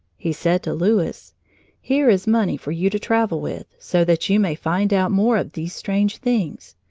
he said to louis here is money for you to travel with, so that you may find out more of these strange things.